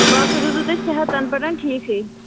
باقٕے روٗزوٕ تۄہہِ صحت تنہٕ پیٚٹھٕ ٹھیٖکھٕے